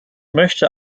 möchte